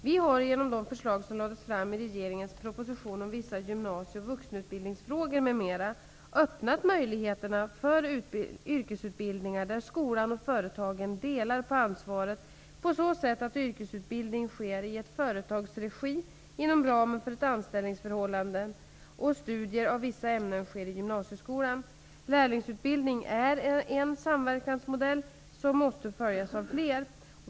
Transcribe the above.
Vi har, genom de förslag som lades fram i regeringens proposition om vissa gymnasie och vuxenutbildningsfrågor m.m. , öppnat möjligheterna för yrkesutbildningar där skolan och företagen delar på ansvaret på så sätt att yrkesutbildning sker i ett företags regi, inom ramen för ett anställningsförhållande, och att studier av vissa ämnen sker i gymnasieskolan. Lärlingsutbildning är en samverkansmodell som måste följas av fler.